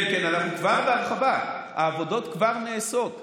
כן, כן, אנחנו כבר בהרחבה, העבודות כבר נעשות.